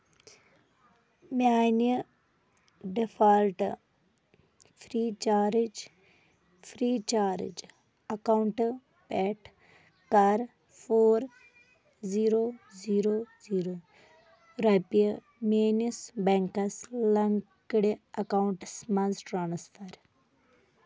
میانہِ default free charge free charge account پٮ۪ٹھ کَر فور زیٖرو زیٖرو زیٖرو رۄپیہِ میٲنِس بیٛنکس لنکڈ اکاونٹَس مَنٛز ٹرانسفر